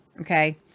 okay